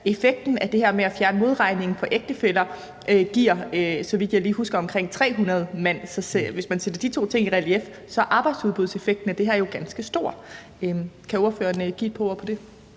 Effekten af det her med at fjerne modregningen for ægtefæller giver omkring 300 mand, så vidt jeg lige husker. Så hvis man sætter de to ting i relief, er arbejdsudbudseffekten af det her jo ganske stor. Kan ordføreren sige et par ord om det?